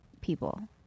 people